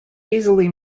easily